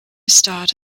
starred